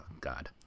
God